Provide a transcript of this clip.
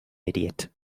idiot